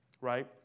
right